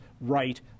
right